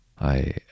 I